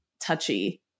touchy